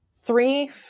three